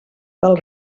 del